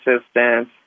assistance